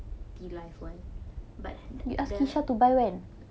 TeaLive [one] but the